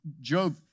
Job